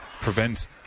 prevent